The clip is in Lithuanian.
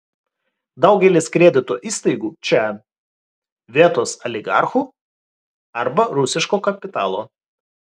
daugelis kredito įstaigų čia vietos oligarchų arba rusiško kapitalo